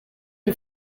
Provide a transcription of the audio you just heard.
and